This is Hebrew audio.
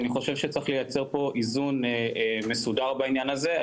ואני חושב שצריך לייצר פה איזון מסודר בעניין הזה.